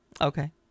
Okay